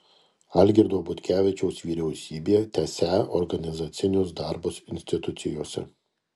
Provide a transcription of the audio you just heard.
algirdo butkevičiaus vyriausybė tęsią reorganizacinius darbus institucijose